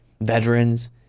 veterans